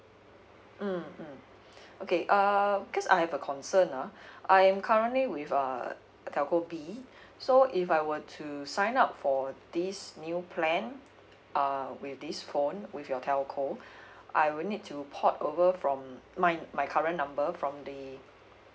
mm mm okay uh because I have a concern ah I am currently with uh telco B so if I were to sign up for this new plan um with this phone with your telco I will need to port over from my my current number from the